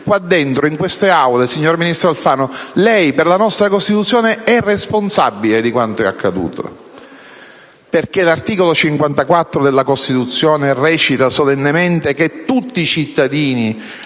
qua dentro, in questa Aula, signor ministro Alfano, lei, per la nostra Costituzione è responsabile di quanto è accaduto. L'articolo 54 della Costituzione recita infatti solennemente che «Tutti i cittadini